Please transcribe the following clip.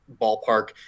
ballpark